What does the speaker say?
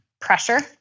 pressure